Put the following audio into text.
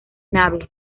nave